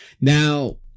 now